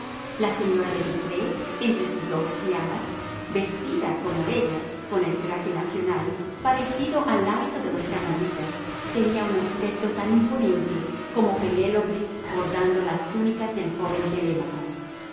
la señora de vitré entre sus dos criadas vestida como ellas con el traje nacional parecido al hábito de los carmelitas tenía un aspecto tan imponente como penélope bordando las túnicas del joven telémaco